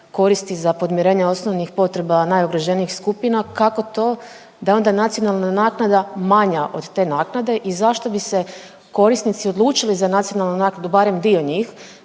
koristi za podmirenje osnovnih potreba najugroženijih skupina kako to da je onda nacionalna naknada manja od te naknade i zašto bi se korisnici odlučili za nacionalnu naknadu, barem dio njih,